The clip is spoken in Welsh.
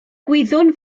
gwyddwn